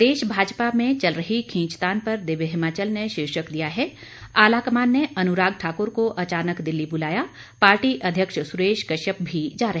प्रदेश भाजपा में चल रही खींचतान पर दिव्य हिमाचल ने शीर्षक दिया है आलाकमान ने अनुराग ठाक्र को अचानक दिल्ली बुलाया पार्टी अध्यक्ष सुरेश कश्यप भी जा रहे